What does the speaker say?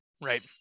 Right